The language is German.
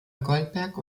goldberg